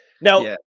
now